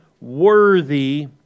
worthy